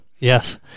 Yes